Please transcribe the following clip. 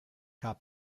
cup